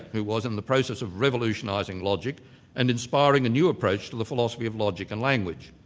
who was in the process of revolutionising logic and inspiring a new approach to the philosophy of logic and language.